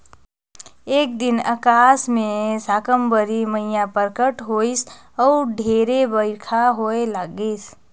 एक दिन अकास मे साकंबरी मईया परगट होईस अउ ढेरे बईरखा होए लगिस